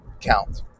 count